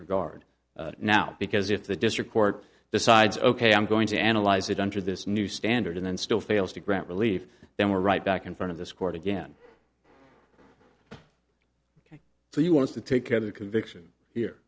regard now because if the district court decides ok i'm going to analyze it under this new standard and then still fails to grant relief then we're right back in front of this court again so you want to take care of the conviction here